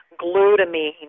glutamine